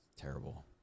Terrible